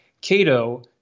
Cato